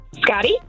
Scotty